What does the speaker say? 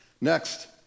Next